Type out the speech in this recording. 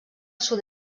sud